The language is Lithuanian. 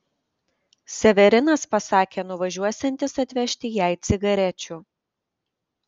severinas pasakė nuvažiuosiantis atvežti jai cigarečių